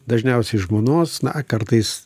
dažniausiai žmonos na kartais